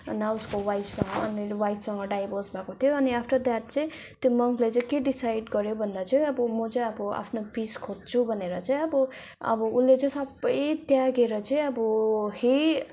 न उसको वाइफसँग वाइफसँग डिभोर्स भएको थियो अनि आफ्टर द्याट चाहिँ त्यो मन्कले चाहिँ के डिसाइड गऱ्यो भन्दा चाहिँ अब म चाहिँ अब आफ्नो पिस खोज्छु भनेर चाहिँ अब अब उसले चाहिँ सबै त्यागेर चाहिँ अब है